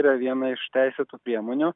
yra viena iš teisėtų priemonių